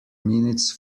minutes